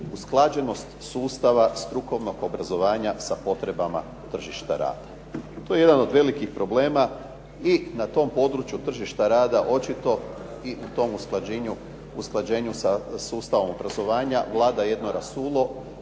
usklađenost sustava strukovnog obrazovanja sa potrebama tržišta rada. To je jedan od velikih problema i na tom području tržišta rada očito i u tom usklađenju sa sustavom obrazovanja vlada jedno rasulo.